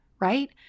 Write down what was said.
right